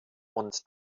und